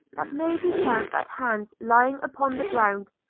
that may be found at hand lying upon the ground,